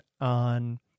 on